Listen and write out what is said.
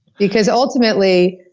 because ultimately,